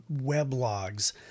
weblogs